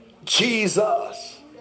Jesus